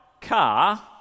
car